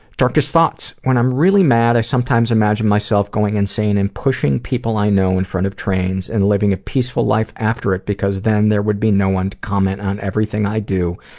darkest thoughts, when i'm really mad, i sometimes imagine myself going insane and pushing people i know in front of trains and living a peaceful life after it, because then there would be no one to comment on everything i do,